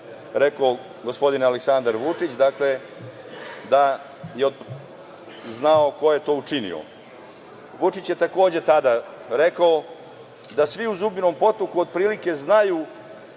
rekao gospodin Aleksandar Vučić, da je znao ko je to učinio. Vučić je takođe tada rekao da svi u Zubinom Potoku otprilike znaju